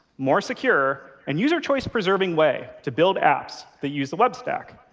more secure, and user-choice-preserving way to build apps that use the web stack.